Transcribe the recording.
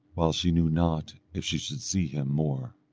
while she knew not if she should see him more.